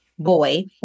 boy